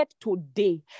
today